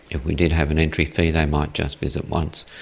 if we did have an entry fee they might just visit once,